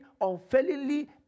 unfailingly